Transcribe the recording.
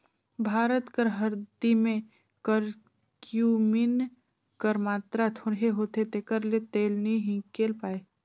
भारत कर हरदी में करक्यूमिन कर मातरा थोरहें होथे तेकर ले तेल नी हिंकेल पाए